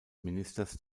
ministers